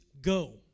go